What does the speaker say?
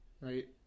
right